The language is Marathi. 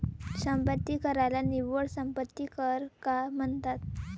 संपत्ती कराला निव्वळ संपत्ती कर का म्हणतात?